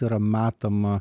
tai yra metama